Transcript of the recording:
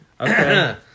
Okay